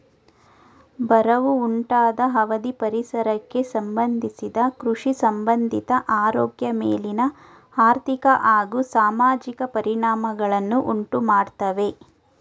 ಬರವು ಉಂಟಾದ ಅವಧಿ ಪರಿಸರಕ್ಕೆ ಸಂಬಂಧಿಸಿದ ಕೃಷಿಸಂಬಂಧಿತ ಆರೋಗ್ಯ ಮೇಲಿನ ಆರ್ಥಿಕ ಹಾಗೂ ಸಾಮಾಜಿಕ ಪರಿಣಾಮಗಳನ್ನು ಉಂಟುಮಾಡ್ತವೆ